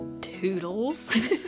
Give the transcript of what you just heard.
Toodles